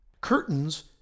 Curtains